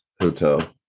hotel